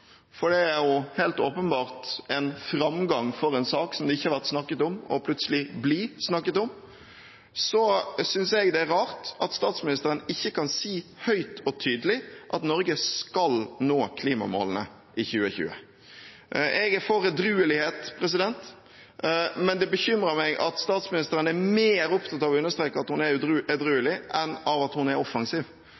for det er helt åpenbart en framgang for en sak som det ikke har vært snakket om, plutselig å bli snakket om – så synes jeg det er rart at statsministeren ikke kan si høyt og tydelig at Norge skal nå klimamålene i 2020. Jeg er for edruelighet, men det bekymrer meg at statsministeren er mer opptatt av å understreke at hun er